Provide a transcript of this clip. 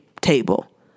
table